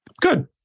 good